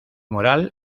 moral